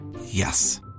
Yes